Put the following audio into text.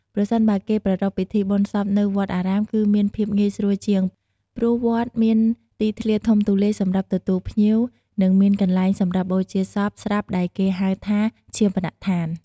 ប្រសិនបើគេប្រារព្ធពិធីបុណ្យសពនៅវត្តអារាមគឺមានភាពងាយស្រួលជាង ព្រោះវត្តមានទីធ្លាធំទូលាយសម្រាប់ទទួលភ្ញៀវ និងមានកន្លែងសម្រាប់បូជាសពស្រាប់ដែលគេហៅថាឈាបនដ្ឋាន។